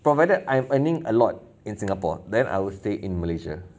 provided I'm earning a lot in singapore then I will stay in malaysia